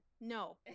No